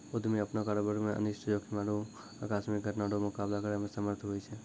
उद्यमी अपनो कारोबार मे अनिष्ट जोखिम आरु आकस्मिक घटना रो मुकाबला करै मे समर्थ हुवै छै